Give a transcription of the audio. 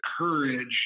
courage